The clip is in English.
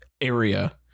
area